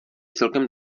celkem